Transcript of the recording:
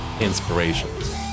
inspirations